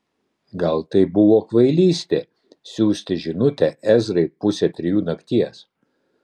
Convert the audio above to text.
gal tai buvo kvailystė siųsti žinutę ezrai pusę trijų nakties